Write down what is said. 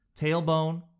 Tailbone